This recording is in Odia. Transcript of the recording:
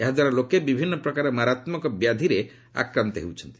ଏହା ଦ୍ୱାରା ଲୋକେ ବିଭିନ୍ନ ପ୍ରକାର ମାରାତ୍ମକ ବ୍ୟାଧିରେ ଆକ୍ରାନ୍ତ ହେଉଛନ୍ତି